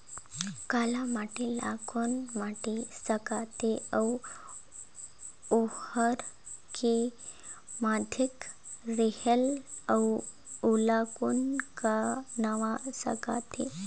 काला माटी ला कौन माटी सकथे अउ ओहार के माधेक रेहेल अउ ओला कौन का नाव सकथे?